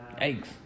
eggs